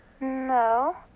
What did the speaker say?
No